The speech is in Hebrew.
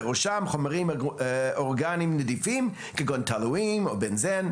בראשם חומרים אורגניים נדיפים כמו בנזן,